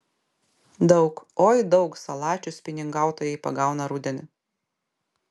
daug oi daug salačių spiningautojai pagauna rudenį